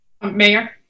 Mayor